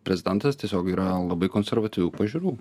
prezidentas tiesiog yra labai konservatyvių pažiūrų